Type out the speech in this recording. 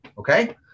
Okay